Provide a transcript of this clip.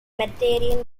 mediterranean